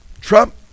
Trump